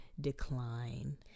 decline